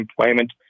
employment